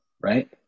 right